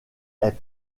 est